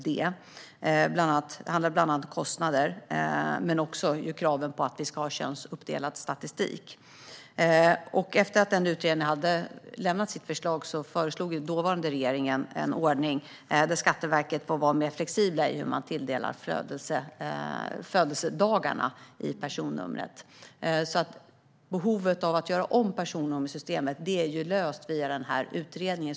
Det handlade bland annat om kostnader men också om kravet på att vi ska ha könsuppdelad statistik. Efter att utredningen lämnat sitt förslag föreslog den dåvarande regeringen en ordning där Skatteverket får vara mer flexibelt i hur man tilldelar födelsedagarna i personnumret. Behovet av att göra om personnummersystemet är tillgodosett via denna utredning.